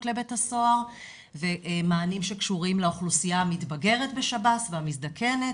כותלי בית הסוהר ומענים שקשורים לאוכלוסייה המתבגרת בשב"ס והמזדקנת,